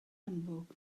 amlwg